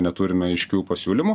neturime aiškių pasiūlymų